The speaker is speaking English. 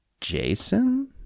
Jason